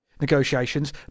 negotiations